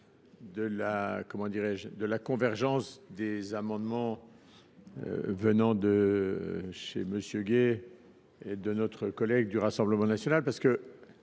de la convergence, ces amendements, de M. Gay et de notre collègue du Rassemblement national.